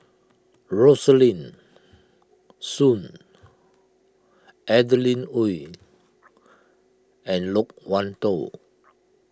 Rosaline Soon Adeline Ooi and Loke Wan Tho